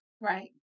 Right